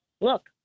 look